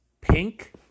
pink